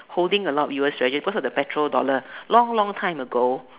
holding a lot of U_S treasuries because of the petrol dollar long long time ago